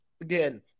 again